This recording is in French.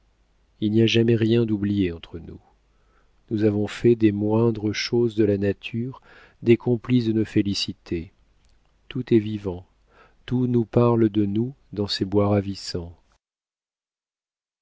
il n'y a jamais rien d'oublié entre nous nous avons fait des moindres choses de la nature des complices de nos félicités tout est vivant tout nous parle de nous dans ces bois ravissants